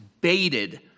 Baited